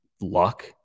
luck